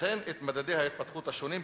וכן את מדדי ההתפתחות השונים במפות,